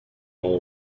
all